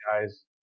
guys